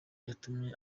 yatumye